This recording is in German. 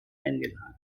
eingelagert